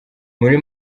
muri